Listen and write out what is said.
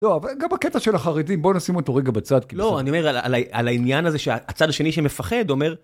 לא, אבל גם בקטע של החרדים, בוא נשים אותו רגע בצד. לא, אני אומר על העניין הזה שהצד השני שמפחד אומר...